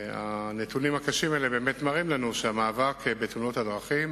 הנתונים הקשים האלה באמת מראים לנו שהמאבק בתאונות הדרכים